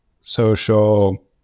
social